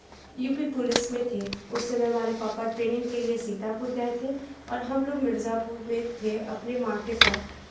you P police में थे उस समय हमरे पापा ट्रैनिंग के लिए सीतापुर गए थे और हम लोग मिर्ज़ापुर में थे अपने माँ के साथ